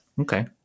Okay